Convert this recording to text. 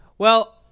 well,